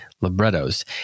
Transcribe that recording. librettos